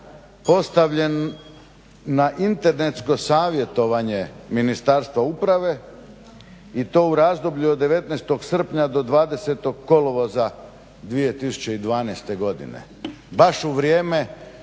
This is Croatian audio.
postavljen na internetsko savjetovanje Ministarstva uprave i to u razdoblju od 19. srpnja do 20. kolovoza 2012. godine, baš u vrijeme